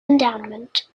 endowment